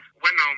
bueno